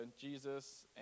Jesus